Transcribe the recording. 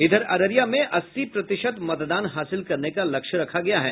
इधर अररिया में अस्सी प्रतिशत मतदान हासिल करने का लक्ष्य रखा गया है